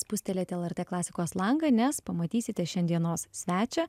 spustelėti lrt klasikos langą nes pamatysite šiandienos svečią